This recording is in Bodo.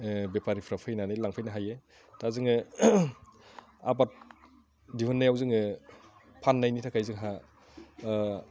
बेफारिफ्रा फैनानै लांफैनो हायो दा जोङो आबाद दिहुननायाव जोङो फाननायनि थाखाय जोंहा